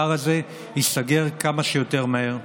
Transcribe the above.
הפער הזה ייסגר כמה שיותר מהר.